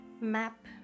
map